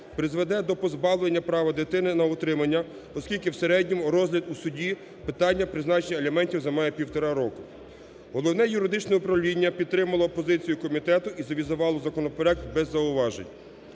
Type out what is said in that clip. призведе по позбавлення права дитини на утримання, оскільки в середньому розгляд у суді питання призначення аліментів займає півтора року. Головне юридичне управління підтримало позицію комітету і завізувало законопроект без зауважень.